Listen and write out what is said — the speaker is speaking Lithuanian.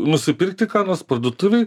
nusipirkti ką nors parduotuvėj